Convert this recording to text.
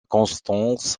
constance